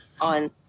on